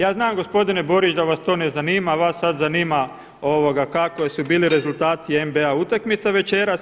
Ja znam gospodine Borić da vas to ne zanima, vas sada zanima kakvi su bili rezultati NB utakmica večeras.